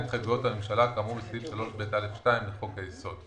לעניין התחייבויות הממשלה כאמור בסעיף 3ב(א)(2) לחוק היסוד: